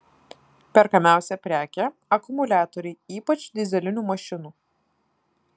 perkamiausia prekė akumuliatoriai ypač dyzelinių mašinų